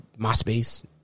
MySpace